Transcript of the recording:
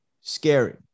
scary